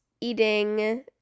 eating